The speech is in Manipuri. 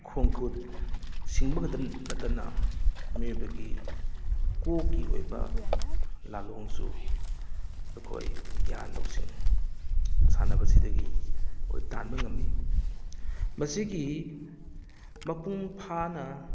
ꯈꯣꯡꯈꯨꯠ ꯁꯤꯡꯕꯈꯛꯇ ꯅꯠꯇꯅ ꯃꯤꯑꯣꯏꯕꯒꯤ ꯀꯣꯛꯀꯤ ꯑꯣꯏꯕ ꯂꯥꯂꯣꯡꯁꯨ ꯑꯩꯈꯣꯏ ꯒ꯭ꯌꯥꯟ ꯂꯧꯁꯤꯡ ꯁꯥꯟꯅꯕꯁꯤꯗꯒꯤ ꯑꯣꯏ ꯇꯥꯟꯕ ꯉꯝꯃꯤ ꯃꯁꯤꯒꯤ ꯃꯄꯨꯡ ꯐꯥꯅ